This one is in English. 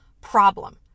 problem